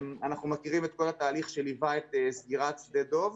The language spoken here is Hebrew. אנחנו מכירים את כל התהליך שליווה את סגירת שדה דוב.